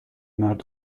مرد